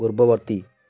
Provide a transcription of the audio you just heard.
ପୂର୍ବବର୍ତ୍ତୀ